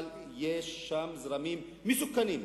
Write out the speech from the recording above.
אבל יש שם זרמים מסוכנים,